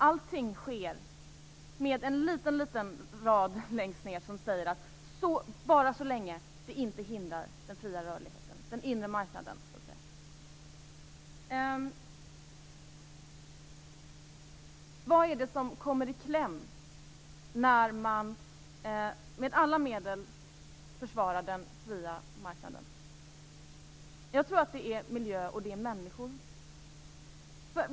Allt sker med en liten rad längst ned som säger: Bara så länge det inte hindrar den fria rörligheten, den inre marknaden. Vad är det som kommer i kläm när man med alla medel försvarar den fria marknaden? Jag tror att det är miljö och människor.